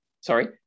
Sorry